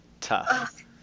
tough